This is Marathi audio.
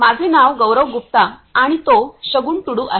माझे नाव गौरव गुप्ता आणि तो शगुन टुडू आहे